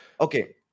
okay